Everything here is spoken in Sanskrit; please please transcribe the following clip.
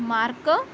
मार्क